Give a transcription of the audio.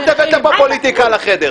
את הבאת את הפופוליטיקה לחדר.